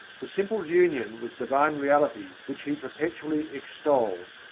the simple union with divine reality which he perpetually extolled,